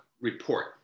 report